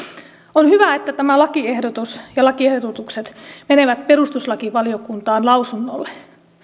on hyvä että tämä lakiehdotus ja lakiehdotukset menevät perustuslakivaliokuntaan lausunnolle